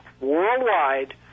worldwide